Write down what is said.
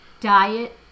diet